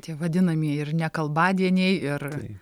tie vadinamieji ir nekalbadieniai ir